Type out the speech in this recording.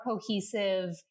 cohesive